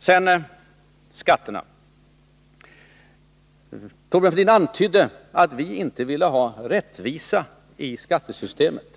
Sedan skatterna. Thorbjörn Fälldin antydde att vi inte ville ha rättvisa i skattesystemet.